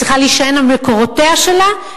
היא צריכה להישען על מקורותיה שלה,